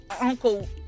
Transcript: Uncle